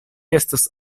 estas